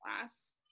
last